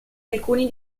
alcuni